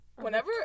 Whenever